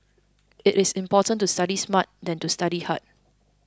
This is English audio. it is important to study smart than to study hard